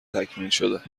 تکمیلشده